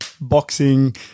boxing